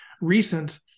recent